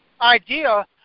idea